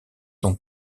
son